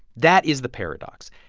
that is the paradox.